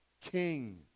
King